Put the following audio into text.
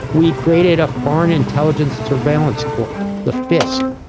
we created a foreign intelligence surveillance court, the fisc,